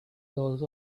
those